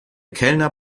kellner